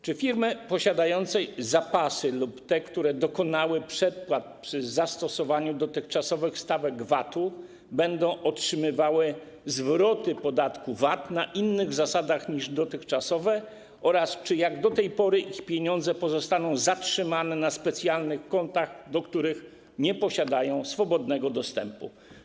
Czy firmy posiadające zapasy lub te, które dokonały przedpłat przy zastosowaniu dotychczasowych stawek VAT-u, będą otrzymywały zwroty podatku VAT na innych zasadach niż dotychczasowe oraz czy jak do tej pory ich pieniądze pozostaną zatrzymane na specjalnych kontach, do których nie posiadają swobodnego dostępu?